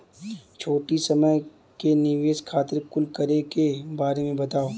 छोटी समय के निवेश खातिर कुछ करे के बारे मे बताव?